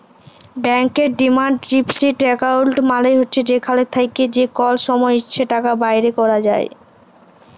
ব্যাংকের demand deposit account মালে হছে যেখাল থ্যাকে যে কল সময় ইছে টাকা বাইর ক্যরা যায়